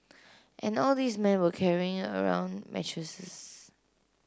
and all these men were carrying around mattresses